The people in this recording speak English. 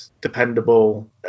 dependable